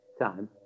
time